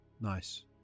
nice